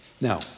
Now